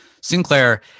Sinclair